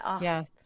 Yes